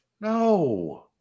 No